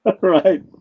right